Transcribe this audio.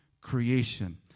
creation